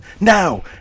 Now